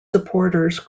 supporters